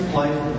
life